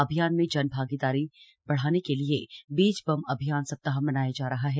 अभियान में जन भागीदारीता बढ़ाने के लिए बीज बम अभियान सप्ताह मनाया जा रहा है